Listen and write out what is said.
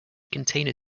container